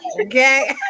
Okay